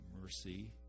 mercy